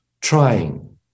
trying